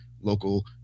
local